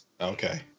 Okay